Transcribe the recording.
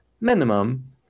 minimum